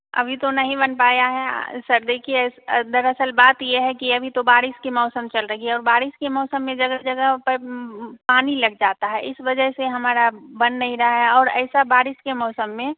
अभी तो नहीं बन पाया है सर देखिए दरअसल बात ये है कि अभी तो बारिश के मौसम चल रही है और बारिश के मौसम में ज्यादा से ज्यादा पर पानी लग जाता है इस वजह से हमारा बन नहीं रहा है और ऐसा बारिश के मौसम में